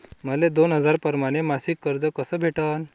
मले दोन हजार परमाने मासिक कर्ज कस भेटन?